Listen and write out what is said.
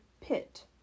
pit